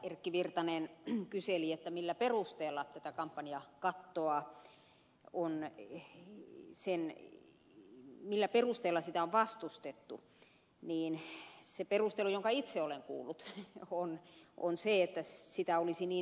erkki virtanen kyseli millä perusteella tätä kampanjakattoa on vastustettu niin se perustelu jonka itse olen kuullut on se että sitä olisi niin helppo kiertää